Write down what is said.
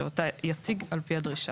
שאותה יציג על פי הדרישה.